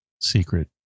secret